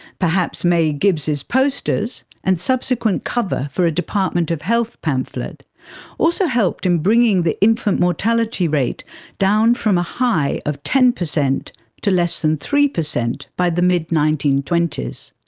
perhaps may gibbs' posters and subsequent cover for a department of health pamphlet also helped in bringing the infant mortality rate down from a high of ten percent to less than three percent by the mid nineteen twenty s.